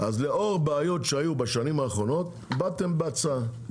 לאור בעיות שהיו בשנים האחרונות באתם בהצעה.